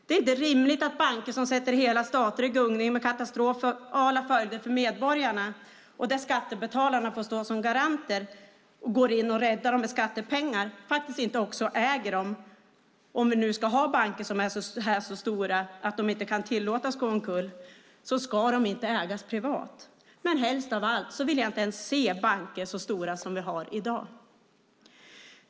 Det är inte rimligt att banker som sätter hela stater i gungning, med katastrofala följder för medborgarna och där skattebetalarna får stå som garanter och gå in och rädda dem med skattepengar, inte också äger dem. Om vi nu ska ha banker som är så stora att de inte kan tillåtas gå omkull ska de inte ägas privat. Men helst av allt vill jag inte ens se banker som är så stora som i dag.